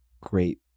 great